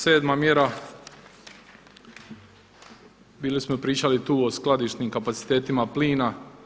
Sedma mjera bili smo pričali tu o skladišnim kapacitetima plina.